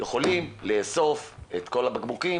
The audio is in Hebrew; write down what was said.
יכולים לאסוף את כל הבקבוקים.